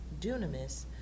Dunamis